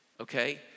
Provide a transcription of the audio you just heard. okay